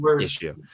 issue